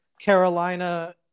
Carolina